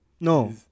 No